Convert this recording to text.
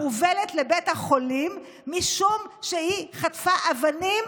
מובלת לבית החולים משום שהיא חטפה אבנים